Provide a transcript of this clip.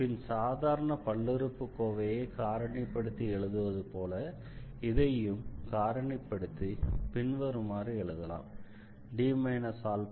பின் சாதாரண பல்லுறுப்புக்கோவையை காரணிப்படுத்தி எழுதுவது போல இதையும் காரணிப்படுத்தி பின்வருமாறு எழுதலாம்